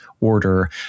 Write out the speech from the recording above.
Order